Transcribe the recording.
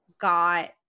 got